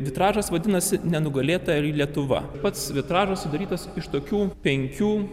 vitražas vadinasi nenugalėtoji lietuva pats vitražas sudarytas iš tokių penkių